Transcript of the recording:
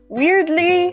weirdly